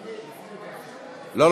לא,